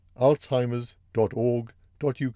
alzheimers.org.uk